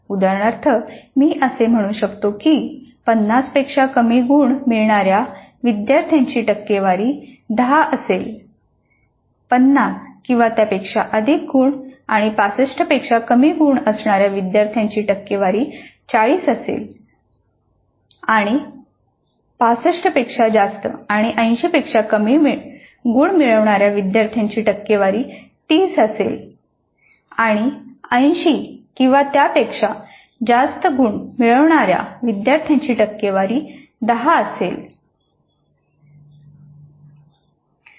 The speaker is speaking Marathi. उदाहरणार्थ मी असे म्हणू शकतो की 50 पेक्षा कमी गुण मिळवणाऱ्या विद्यार्थ्यांची टक्केवारी 10 असेल 50 किंवा त्यापेक्षा अधिक गुण आणि 65 पेक्षा कमी गुण असणाऱ्या विद्यार्थ्यांची टक्केवारी 40 असेल आणि 65 पेक्षा जास्त आणि 80 पेक्षा कमी गुण मिळविणाऱ्या विद्यार्थ्यांची टक्केवारी 30 असेल आणि 80 गुण किंवा त्यापेक्षा जास्त गुण मिळविणाऱ्या विद्यार्थ्यांची टक्केवारी 10 असेल